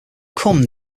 come